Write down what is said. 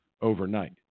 overnight